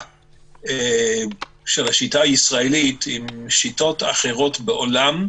של השיטה הישראלית עם שיטות אחרות בעולם,